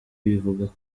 bivuga